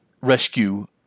rescue